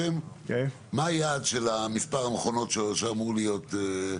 --- מה היעד של מספר המכונות שאמור להיות?